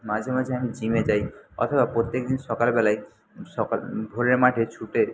মাঝে মাঝে আমি জিমে যাই অথবা প্রত্যেকদিন সকালবেলায় সকাল ভোরের মাঠে ছুটে